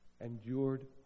endured